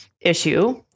issue